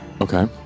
Okay